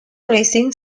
racing